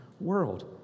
world